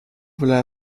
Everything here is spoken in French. v’là